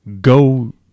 go